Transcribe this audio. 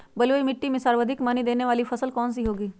बलुई मिट्टी में सर्वाधिक मनी देने वाली फसल कौन सी होंगी?